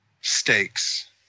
stakes